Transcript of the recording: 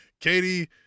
katie